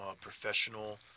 professional